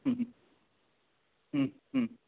ह्म््म् ह्म् ह्म्